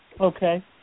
Okay